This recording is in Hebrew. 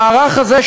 המערך הזה,